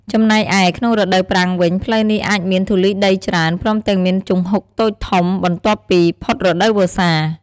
ចំណែកឯ ក្នុងរដូវប្រាំងវិញ ផ្លូវនេះអាចមានធូលីដីច្រើន ព្រមទាំងមានជង្ហុកតូចធំ បន្ទាប់ពីផុតរដូវវស្សា។